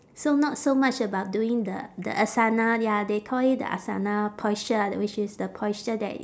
so not so much about doing the the asana ya they call it the asana posture th~ which is the posture that